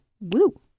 Woo